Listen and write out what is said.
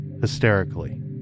hysterically